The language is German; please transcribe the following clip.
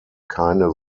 keine